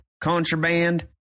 contraband